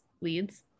leads